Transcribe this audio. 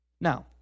Now